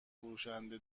فروشنده